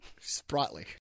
Sprightly